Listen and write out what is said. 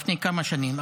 לפני כמה שנים,